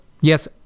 Yes